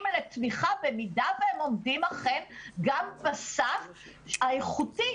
לתמיכה במידה שהם עומדים אכן גם בסף האיכותי.